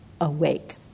awake